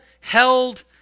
held